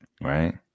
right